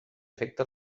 efecte